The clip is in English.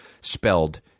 Spelled